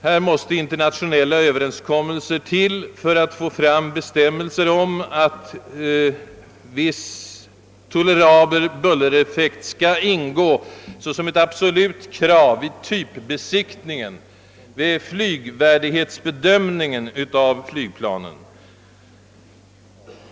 Här måste internationella överenskommelser till för att få fram bestämmelser om viss låg bullereffekt som absolut krav vid typbesiktningen och flygvärdighetsbedömningen av flygplanen.